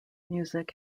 music